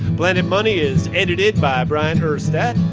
planet money is edited by bryant urstadt.